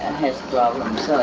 problems.